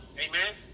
amen